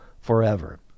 forever